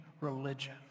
religion